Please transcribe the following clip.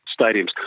stadiums